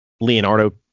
Leonardo